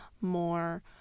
more